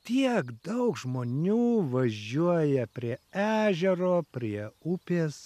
tiek daug žmonių važiuoja prie ežero prie upės